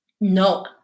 no